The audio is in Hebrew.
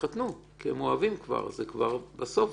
יתחתנו כי הם אוהבים, זה כבר בסוף.